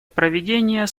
проведение